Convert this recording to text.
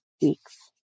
week's